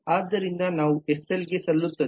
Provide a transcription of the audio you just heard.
ಆದ್ದರಿಂದ ನಾವು ಎಸಎಲ್ ಗೆ ಸಲ್ಲುತ್ತದೆ